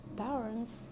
parents